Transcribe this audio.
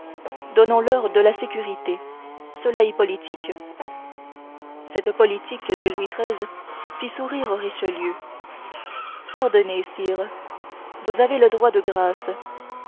éminence donnons-leur de la sécurité cela est politique cette politique de louis xiii fit sourire richelieu ordonnez sire dit-il vous avez le droit de grâce